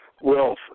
Wealth